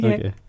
Okay